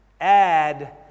Add